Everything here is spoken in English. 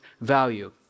value